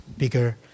bigger